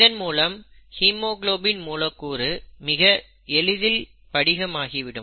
இதன் மூலம் ஹீமோகுளோபின் மூலக்கூறு மிக எளிதில் படிகம் ஆகிவிடும்